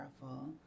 powerful